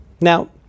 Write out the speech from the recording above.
Now